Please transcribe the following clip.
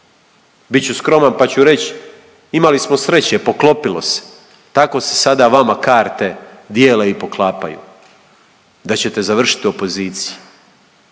Bit ću skroman pa ću reći, imali smo sreće poklopilo se, tako se sada vama karte dijele i poklapaju da ćete završiti u opoziciji,